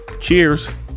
Cheers